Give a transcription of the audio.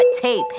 tape